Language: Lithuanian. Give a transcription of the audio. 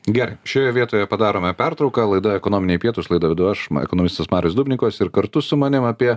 gerai šioje vietoje padarome pertrauką laida ekonominiai pietūs laidą vedu aš ma ekonomistas marius dubnikovas ir kartu su manim apie